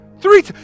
Three